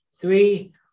Three